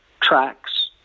tracks